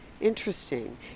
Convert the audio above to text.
Interesting